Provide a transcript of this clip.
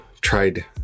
tried